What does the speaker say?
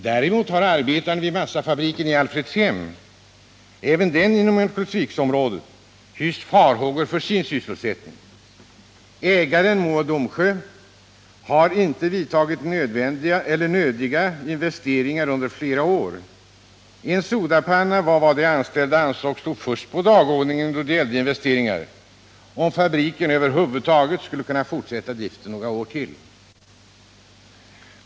Däremot har arbetarna vid massafabriken i Alfredshem — även den inom Örnsköldsviksområdet — hyst farhågor för sin sysselsättning. Ägaren Mo och Domsjö har inte genomfört nödiga investeringar under flera år. En sodapanna var vad de anställda ansåg stod först på dagordningen då det gällde investeringar, om fabriken över huvud taget skulle kunna fortsätta driften några år till.